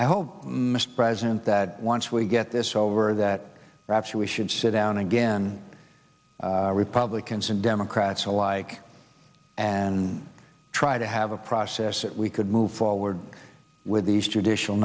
i hope mr president that once we get this over that perhaps we should sit down again republicans and democrats alike and try to have a process that we could move forward with these judicial